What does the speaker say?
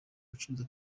gucuruza